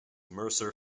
mercer